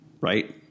right